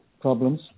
problems